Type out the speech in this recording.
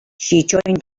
she